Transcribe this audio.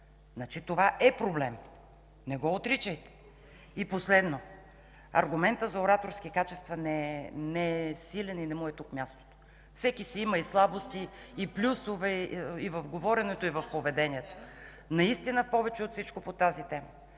Значи това е проблем – не го отричайте. И последно, аргументът за ораторски качества не е силен и не му е тук мястото. Всеки си има и слабости, и плюсове – и в говоренето, и в поведението. (Реплика от министър Десислава